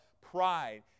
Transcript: pride